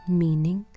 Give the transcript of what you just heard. meaning